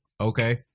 Okay